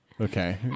Okay